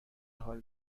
حال